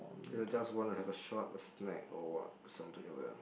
cause I just want to have a short snack or what something